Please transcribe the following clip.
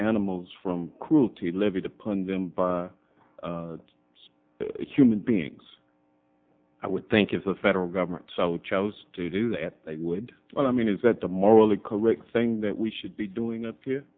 animals from cruelty levied upon them by human beings i would think if the federal government so chose to do that they would i mean is that the morally correct thing that we should be doing up here